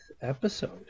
episode